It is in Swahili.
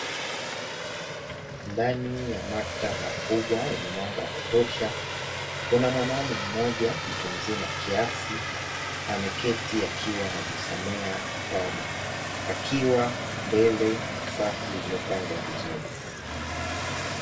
Ndani ya maktaba kubwa yenye mwanga wa kutosha. Kuna mwanaume mmoja mtu mzima kiasi, ameketi akiwa najisomea kitabu, akiwa mbele ya safu iliyopangwa vizuri.